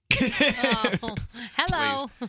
Hello